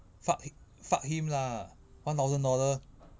fuck h~ fuck him lah one thousand dollar